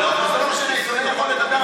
לא יכול לדבר,